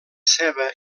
ceba